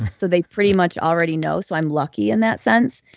so they pretty much already know. so i'm lucky in that sense.